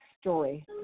Story